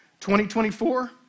2024